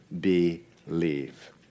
believe